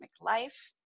Life